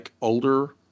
older